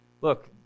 Look